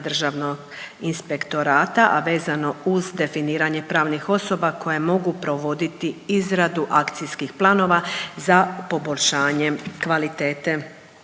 Državnog inspektorata, a vezano uz definiranje pravnih osoba koje mogu provoditi izradu akcijskih planova za poboljšanjem kvalitete